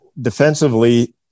defensively